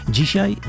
Dzisiaj